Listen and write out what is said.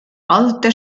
alte